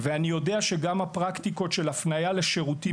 ואני יודע שגם הפרקטיקות של הפנייה לשירותים